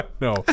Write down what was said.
No